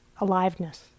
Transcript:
aliveness